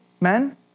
men